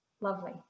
Lovely